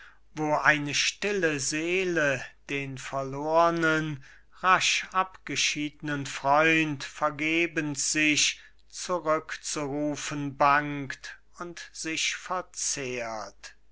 wo eine stille seele den verlornen rasch abgeschiednen freund vergebens sich zurückzurufen bangt und sich verzehrt